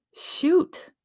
Shoot